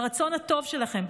ברצון הטוב שלכם.